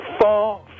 far